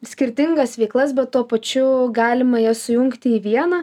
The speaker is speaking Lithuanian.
skirtingas veiklas bet tuo pačiu galima jas sujungti į vieną